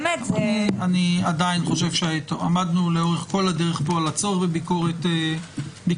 אני עדיין חושב שעמדנו לאורך כל הדרך על הצורך בביקורת שיפוטית.